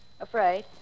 Afraid